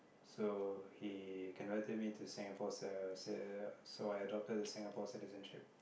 so he converted me to Singapore's uh s~ so I adopted a Singapore citizenship